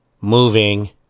moving